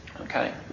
Okay